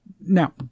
now